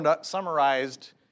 summarized